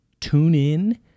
TuneIn